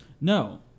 No